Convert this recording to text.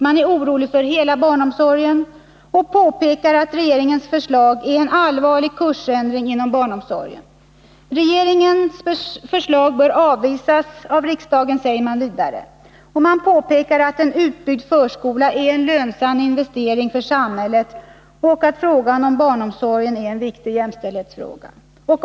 Man är orolig för hela barnomsorgen och påpekar att regeringens förslag innebär en allvarlig kursändring för den. Regeringens förslag bör avvisas av riksdagen, säger man vidare. Man påpekar också att en utbyggd förskola är en lönsam investering för samhället och att frågan om barnomsorg är en viktig jämställdhetsfråga.